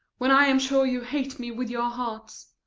when i am sure you hate me with your hearts.